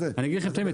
אגיד לכם את האמת,